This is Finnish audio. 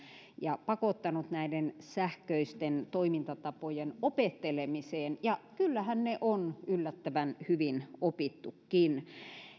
ja pakottanut näiden sähköisten toimintatapojen opettelemiseen ja kyllähän ne on yllättävän hyvin opittukin